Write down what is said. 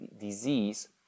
disease